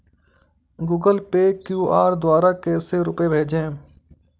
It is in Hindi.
गूगल पे क्यू.आर द्वारा कैसे रूपए भेजें?